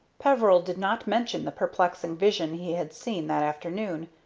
peveril did not mention the perplexing vision he had seen that afternoon,